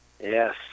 Yes